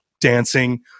dancing